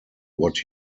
what